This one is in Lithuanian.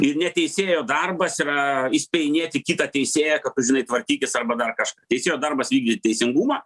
ir ne teisėjo darbas yra įspėjinėti kitą teisėją kad tu žinai tvarkykis arba dar kažką teisėjo darbas vykdyt teisingumą